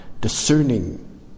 discerning